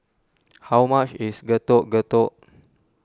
how much is Getuk Getuk